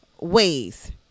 ways